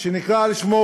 שנקרא על שמו,